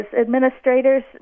administrators